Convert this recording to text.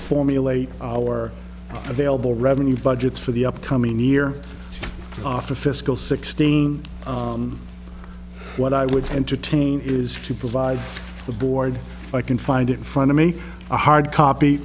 formulae or available revenue budgets for the upcoming year off for fiscal sixteen what i would entertain is to provide the board i can find in front of me a hard copy